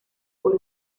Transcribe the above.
por